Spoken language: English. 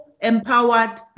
empowered